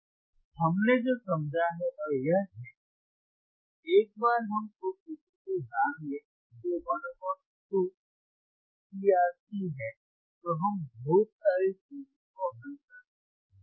तो हमने जो समझा है वह यह है कि एक बार हम उस सूत्र को जान लें जो 1 2CRC है तो हम बहुत सारी चीजों को हल कर सकते हैं